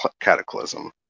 cataclysm